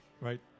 Right